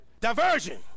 Diversion